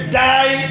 die